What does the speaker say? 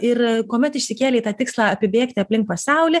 ir kuomet išsikėlei tą tikslą apibėgti aplink pasaulį